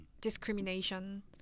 discrimination